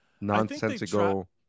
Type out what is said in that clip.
nonsensical